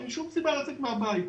אין שום סיבה לצאת מהבית.